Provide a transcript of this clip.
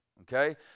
Okay